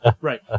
Right